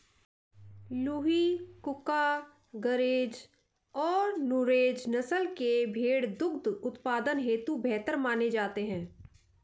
लूही, कूका, गरेज और नुरेज नस्ल के भेंड़ दुग्ध उत्पादन हेतु बेहतर माने जाते हैं